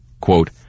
quote